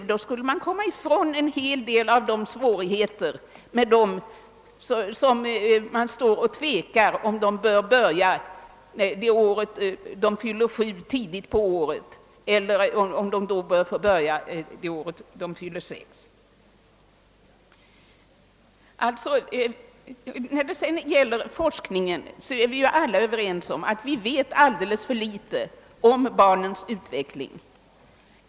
Därmed skulle man komma ifrån svårigheterna i sådana fall då man tvekar, om barn skall börja skolan det år de fyller sju år först i slutet på året. När det gäller forskningen är vi alla överens om att vi vet alldeles för litet om barnens utveckling.